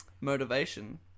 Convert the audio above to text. motivation